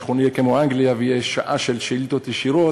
אנחנו נהיה כמו אנגליה ותהיה שעה של שאילתות ישירות,